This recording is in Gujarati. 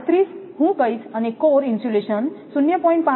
37 હું કહીશ અને કોર ઇન્સ્યુલેશન 0